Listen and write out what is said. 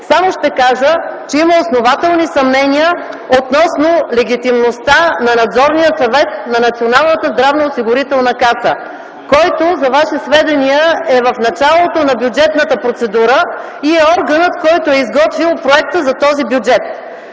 Само ще кажа, че има основателни съмнения относно легитимността на Надзорния съвет на Националната здравноосигурителна каса, който за ваше сведение е в началото на бюджетната процедура и е органът, изготвил проекта за този бюджет.